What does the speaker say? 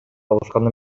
алышкан